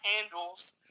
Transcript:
handles